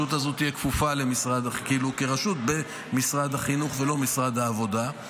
זאת תהיה רשות במשרד החינוך ולא במשרד העבודה.